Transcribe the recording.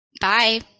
Bye